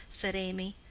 said amy.